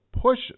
push